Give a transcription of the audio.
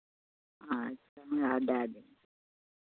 अच्छा दए देबै